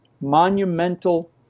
monumental